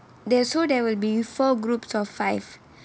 they're so there will be four groups of five